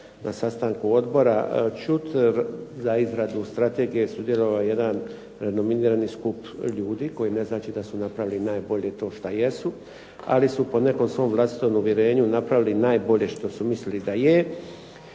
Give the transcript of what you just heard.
sastanku odbora čuti za izradu strategije, sudjelovao je jedan renominirani skup ljudi, koji ne znači da su napravili najbolje to što jesu, ali su po nekakvom svom vlastitom uvjerenju napravili najbolje što su mislili da je